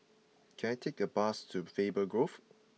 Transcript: can I take a bus to Faber Grove